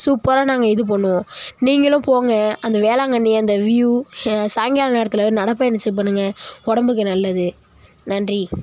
சூப்பராக நாங்கள் இது பண்ணுவோம் நீங்களும் போங்க அந்த வேளாங்கண்ணி அந்த வியூ சாயங்கால நேரத்தில் நடைப்பயணிச்சி பண்ணுங்க உடம்புக்கு நல்லது நன்றி